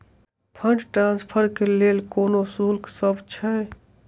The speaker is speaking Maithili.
फंड ट्रान्सफर केँ लेल कोनो शुल्कसभ छै?